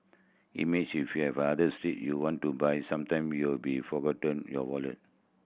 imagine if you're the street you want to buy something will be forgotten your wallet